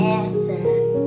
answers